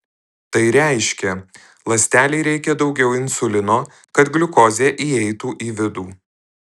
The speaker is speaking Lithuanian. tai reiškia ląstelei reikia daugiau insulino kad gliukozė įeitų į vidų